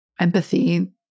empathy